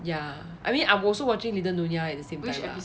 ya I mean I'm also watching little nyonya eh at the same time lah